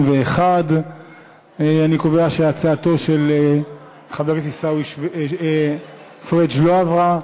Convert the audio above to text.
41. אני קובע שהצעתו של חבר הכנסת עיסאווי פריג' לא עברה.